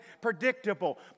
predictable